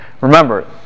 remember